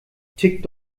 tickt